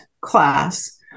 class